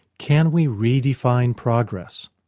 can we re-define progress?